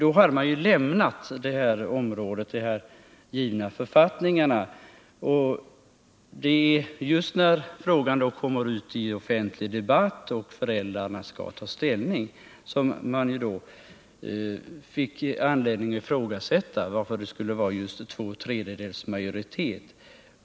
I och med detta hade skolstyrelsen frångått de givna författningarna, och det var när frågan blev föremål för offentlig debatt och föräldrarna skulle ta ställning som man fick anledning att ifrågasätta varför det skulle vara just två tredjedels majoritet.